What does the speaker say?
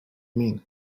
mean